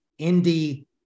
indie